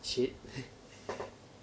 shit